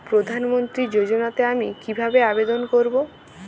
প্রধান মন্ত্রী যোজনাতে আমি কিভাবে আবেদন করবো?